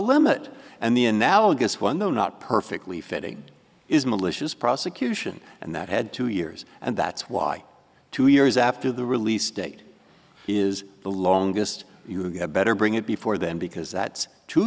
limit and the analogous one though not perfectly fitting is malicious prosecution and that had two years and that's why two years after the release date is the longest you had better bring it before then because that's two